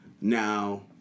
Now